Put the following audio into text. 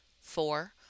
Four